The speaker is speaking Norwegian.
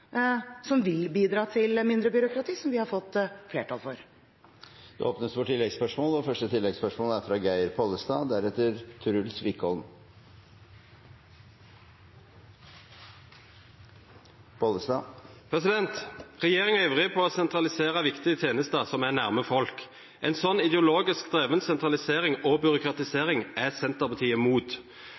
som ville bidratt til mindre byråkrati, som vi har fått flertall for. Det åpnes for oppfølgingsspørsmål – først Geir Pollestad. Regjeringen er ivrig etter å sentralisere viktige tjenester som er nærme folk. En sånn ideologisk drevet sentralisering og byråkratisering er Senterpartiet